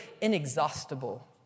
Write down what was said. inexhaustible